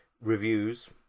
reviews